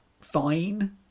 fine